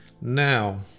Now